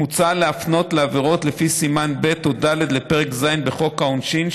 מוצע להפנות לעבירות לפי סימן ב' או ד' לפרק ז' בחוק העונשין,